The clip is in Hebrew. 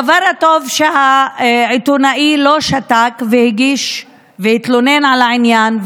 הדבר הטוב העיתונאי לא שתק והתלונן על העניין,